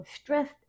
stressed